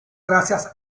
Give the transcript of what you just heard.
gracias